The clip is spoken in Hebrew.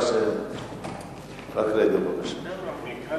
רק רגע, בבקשה.